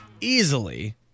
easily